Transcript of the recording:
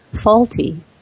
faulty